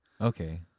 Okay